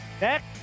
Next